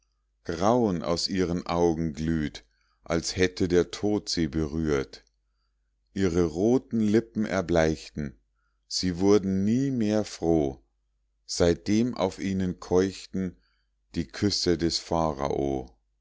grauen aus ihren augen glüht als hätte der tod sie berührt ihre roten lippen erbleichten sie wurden nie mehr froh seitdem auf ihnen keuchten die küsse des pharao